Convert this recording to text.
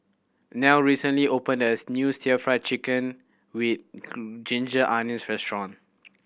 Nell recently opened as new Stir Fried Chicken with ginger onions restaurant